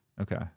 Okay